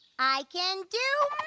i can do